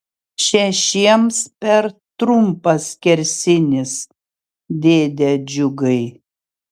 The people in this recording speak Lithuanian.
šešiems per trumpas skersinis dėde džiugai